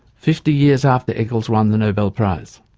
fifty years after eccles won the nobel prize.